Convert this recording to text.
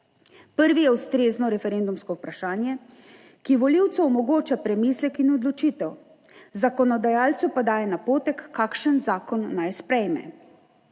Prvi je ustrezno referendumsko vprašanje, ki volivcu omogoča premislek in odločitev zakonodajalcu pa daje napotek, kakšen zakon naj sprejme.